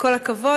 כל הכבוד,